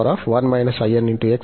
in Xఉంది